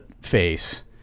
face